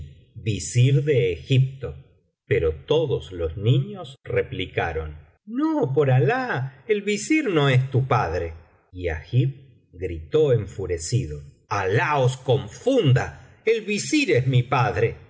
del visir nureddin pero todos los niños replicaron no por alah el visir no es tu padre y agib gritó enfurecido alah os confunda el visir es mi padre